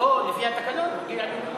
לפי התקנון מגיע לי לנאום.